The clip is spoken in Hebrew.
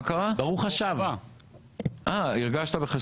הרגשת בחסרוני?